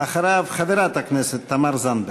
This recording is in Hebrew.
אחריו, חברת הכנסת תמר זנדברג.